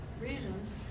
reasons